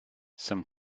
some